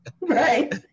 Right